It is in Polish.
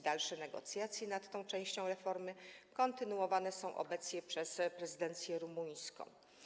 Dalsze negocjacje nad tą częścią reformy kontynuowane są obecnie przez prezydencję rumuńską.